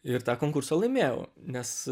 ir tą konkursą laimėjau nes